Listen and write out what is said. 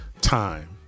time